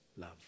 love